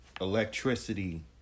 electricity